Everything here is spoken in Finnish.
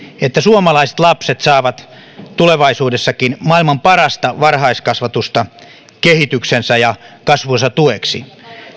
että suomalaiset lapset saavat tulevaisuudessakin maailman parasta varhaiskasvatusta kehityksensä ja kasvunsa tueksi